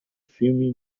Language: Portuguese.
filme